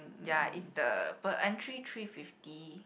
ya it's the per entry three fifty